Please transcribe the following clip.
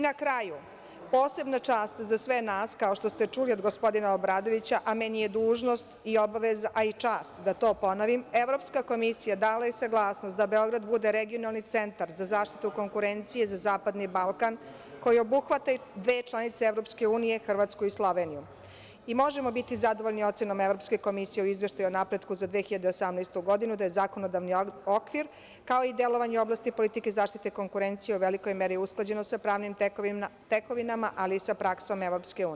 Na kraju, posebna čast za sve nas, kao što ste čuli od gospodina Obradovića, a meni je dužnost i obaveza, a i čast da to ponovim, Evropska komisija dala je saglasnost da Beograd bude Regionalni centar za zaštitu konkurencije za zapadni Balkan, koji obuhvata i dve članice EU, Hrvatsku i Sloveniju, i možemo biti zadovoljni ocenom Evropske komisije o izveštaju o napretku za 2018. godinu, da je zakonodavni okvir, kao i delovanje u oblasti politike zaštite konkurencije u velikoj meri usklađeno sa pravnim tekovinama, ali i sa praksom EU.